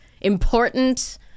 important